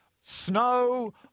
snow